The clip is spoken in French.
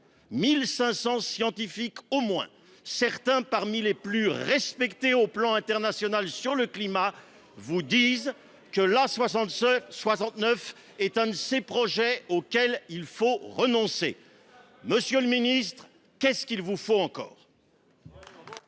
1 500 scientifiques, certains comptant parmi les plus respectés à l’échelle internationale sur le climat, vous disent que l’A69 est l’un de ces projets auxquels il faut renoncer. Monsieur le ministre, que vous faut il de